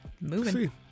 Moving